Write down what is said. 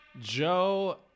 Joe